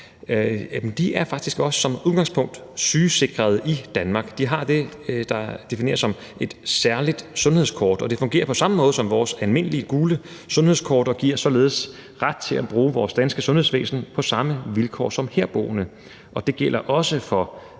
de er faktisk også som udgangspunkt sygeforsikrede i Danmark. De har det, der defineres som et særligt sundhedskort, og det fungerer på samme måde som vores almindelige gule sundhedskort og giver således ret til at bruge vores danske sundhedsvæsen på samme vilkår som herboende. Det gælder også for